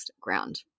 Ground